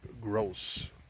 grows